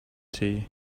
tea